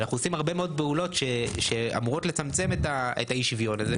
עושים הרבה מאוד פעולות שאמורות לצמצם את אי-השוויון הזה.